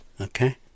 okay